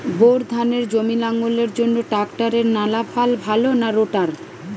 Bore ধানের জমি লাঙ্গলের জন্য ট্রাকটারের টানাফাল ভালো না রোটার?